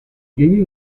gehiegi